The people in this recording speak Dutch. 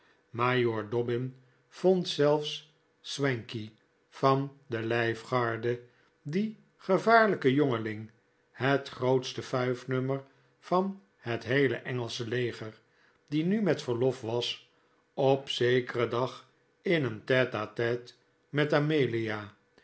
majoor dobbin vond zelfs swankey van de lijfgarde dien gevaarlijken jongeling het grootste fuifnummer van het heele engelsche leger die nu met verlof was op zekeren dag in een tete-a-tete met amelia